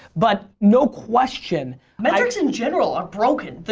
but no question metrics in general are broken.